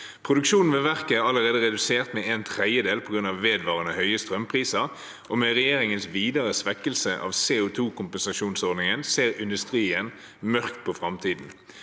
Produksjonen ved verket er allerede redusert med 1/3 på grunn av vedvarende høye strømpriser, og med regjeringens videre svekkelse av CO2-kompensasjonsordningen ser industrien mørkt på framtiden.